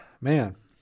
Man